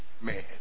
man